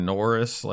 Norris